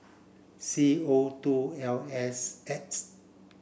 C O two L S X